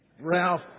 Ralph